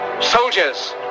Soldiers